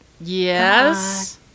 Yes